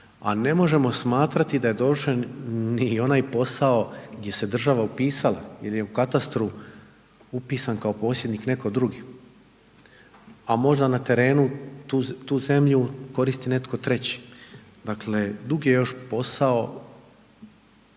A ne možemo smatrati da je dovršen ni onaj posao gdje se država upisala jer je u katastru upisan kao posjednik netko drugi. A možda na terenu tu zemlju koristi netko treći. Dakle, dug je još posao